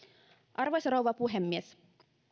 arvoisa rouva puhemies